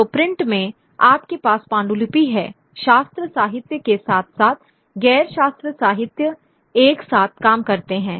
तो प्रिंट में आपके पास पांडुलिपि है शास्त्र साहित्य के साथ साथ गैर शास्त्र साहित्य एक साथ काम करते हैं